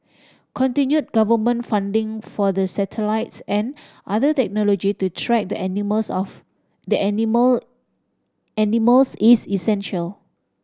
continued government funding for the satellites and other technology to track the animals of the animal animals is essential